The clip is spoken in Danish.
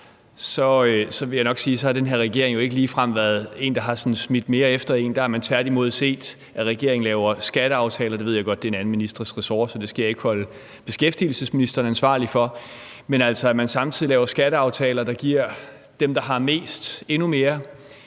– vil jeg nok sige, at den her regering jo ikke ligefrem har været en, der har smidt mere efter en. Der har man tværtimod set, at regeringen laver skatteaftaler – jeg ved godt, at det er en anden ministers ressort, så det skal jeg ikke holde beskæftigelsesministeren ansvarlig for – der giver dem, der har mest, endnu mere.